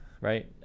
Right